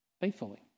faithfully